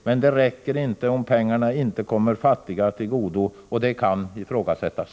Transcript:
Men det räcker inte om pengarna inte kommer de fattiga till godo, och detta kan ifrågasättas.